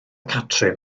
catrin